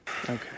okay